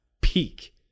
peak